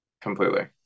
Completely